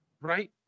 Right